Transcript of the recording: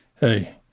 hey